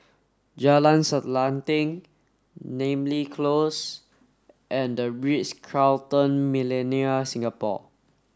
Jalan Selanting Namly Close and The Ritz Carlton Millenia Singapore